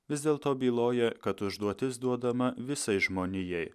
vis dėlto byloja kad užduotis duodama visai žmonijai